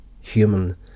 human